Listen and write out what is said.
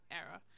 era